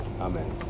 amen